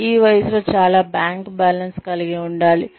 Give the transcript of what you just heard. మరియు ఈ వయస్సులో చాలా బ్యాంక్ బ్యాలెన్స్ కలిగి ఉండండి